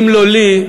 אם לא לי,